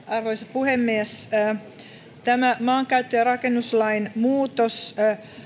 puhemies tämä maankäyttö ja rakennuslain muutos